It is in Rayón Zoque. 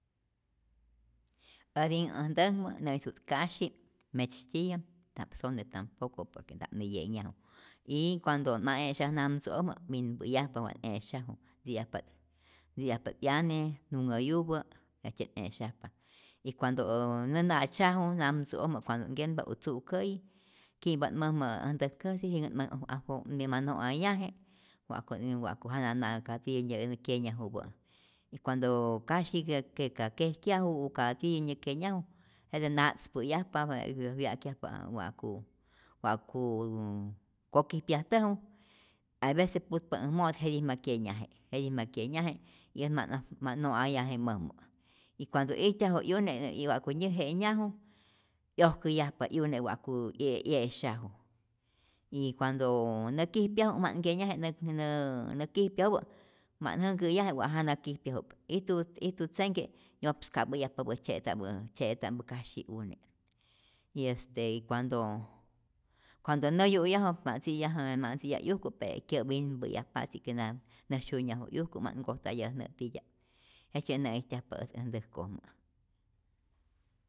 Äjtyät, äj ntäjkmä nä'ijtu't kasyi metzytiyä, nta'p sone tampoco porque nta'p nä ye'nhyaju y cuando't ma e'syaje namtzu'ojmä minpäyajpa wa't e'syaju ntzi'yajpa't ntziyajpa't 'yane nunhäyupä, jejtzye't e'syajpa y cuando ä nä na'tzyaju namtzu'ojmä cuando't nkennpa o tzu'kä'yi ki'mpa't mäjmä äj ntäk käsi, jinhä't ma afo nä ma no'ayaje wa'ku wa'ku jana na ka tiyä nä kyenyajupä'i y cuando kasyi jet'tye ka kejkyaju o ka tiyä nyä kenyaju jete na'tzpäyajpa, je wya'kyajpa wa'ku wa'ku nnn- kokijpyajtäju, ayveces putpa äj mo'ot jetij ma kyenyaje, jetij ma kyenyaje y ät ma't ma't no'ayaje mäjmä y cuando ijtyaju 'yune ne't wa'ku nyäje'nyaju 'yojkäyajpa 'yune wa'ku ye 'ye'syaj y cuando nä kijpyaju ma't nkenyaje nä nä kijpyajupä, ma't jänhkä'yaje wa'ku jana kijpyaju'p, ijtu ijtu tzenhke nyo'pska'päyajpapä'i tzye'ta'pä tzye'tya'mpä kasyi'une y este cuando cuando nä yu'yaju mat ntzi'yaje ma't ntziyaj 'yujku, pe' kyä'minpä'yajpa'tzi ke nä nä syunyaju 'yujku, ma't nkojtayaje nyä' titya'p jejtzye't nä'ijtyajpa ät äj ntäjkojmä.